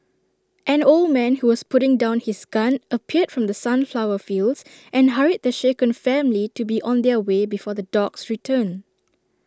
an old man who was putting down his gun appeared from the sunflower fields and hurried the shaken family to be on their way before the dogs return